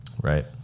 Right